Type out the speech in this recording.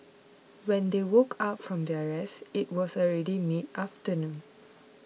when they woke up from their rest it was already mid afternoon